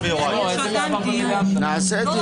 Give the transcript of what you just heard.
בבקשה.